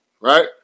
right